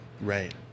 Right